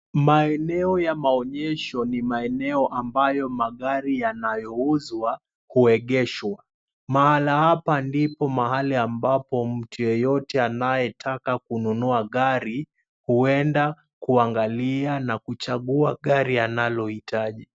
Maeneo ya maonyesho ni maeneo ambayo magari yanayouzwa huegeshwa. Mahala hapa ndipo mahali ambapo mtu yeyote anayetaka kununua gari huenda kuangalia na kuchagua gari analohitaji.